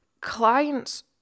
clients